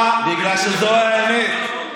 בגלל שזו האמת.